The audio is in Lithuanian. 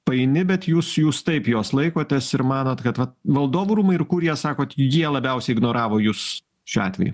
paini bet jūs jūs taip jos laikotės ir manot kad vat valdovų rūmai ir kurija sakot jie labiausiai ignoravo jus šiuo atveju